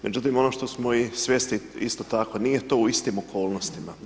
Međutim ono što smo i svjesni isto tako nije to u istim okolnostima.